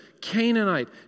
Canaanite